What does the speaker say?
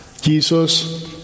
Jesus